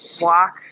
walk